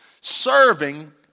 Serving